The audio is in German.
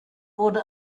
wurde